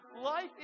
life